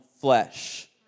flesh